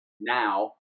now